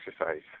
exercise